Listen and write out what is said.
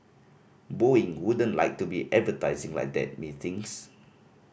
Boeing wouldn't like to be advertising like that methinks